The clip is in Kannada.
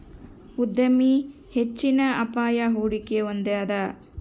ಉದ್ಯಮಿ ಹೆಚ್ಚಿನ ಅಪಾಯ, ಹೂಡಿಕೆ ಹೊಂದಿದ